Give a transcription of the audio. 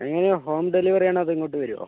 നിങ്ങള് ഹോം ഡെലിവറിയാണോ അതോ ഇങ്ങോട്ട് വരുവോ